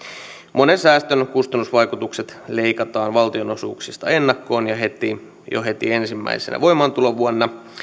monen säästön kustannusvaikutukset leikataan valtionosuuksista ennakkoon jo heti jo heti ensimmäisenä voimaantulovuonna